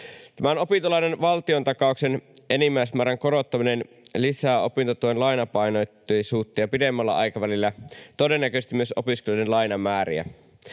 Opintolainan valtiontakauksen enimmäismäärän korottaminen lisää opintotuen lainapainotteisuutta ja pidemmällä aikavälillä todennäköisesti myös opiskelijoiden lainamääriä.